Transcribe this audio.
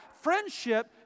Friendship